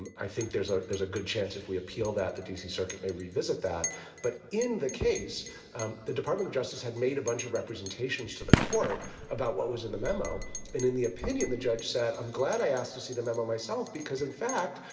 i think there's ah there's a good chance if we appeal, that the d c. circuit may revisit that but in the case um the department of justice had made a bunch of representations to the court about what was in the memo. and in the opinion, the judge said, i'm glad i asked to see the memo myself, because, in fact,